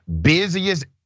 busiest